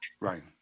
Right